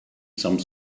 some